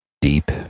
deep